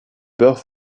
beurre